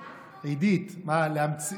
עידית, מה, להמציא